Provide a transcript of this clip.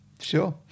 Sure